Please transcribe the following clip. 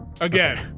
again